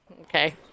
Okay